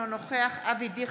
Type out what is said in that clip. אינו נוכח אבי דיכטר,